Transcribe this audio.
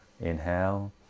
Inhale